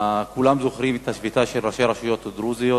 כולם זוכרים את שביתת ראשי הרשויות הדרוזיות,